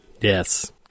Yes